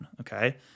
okay